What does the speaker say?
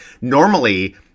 normally